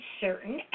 certain